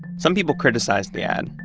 some people criticized the ad,